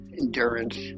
endurance